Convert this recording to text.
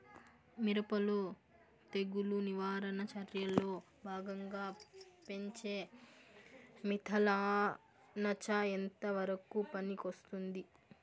మిరప లో తెగులు నివారణ చర్యల్లో భాగంగా పెంచే మిథలానచ ఎంతవరకు పనికొస్తుంది?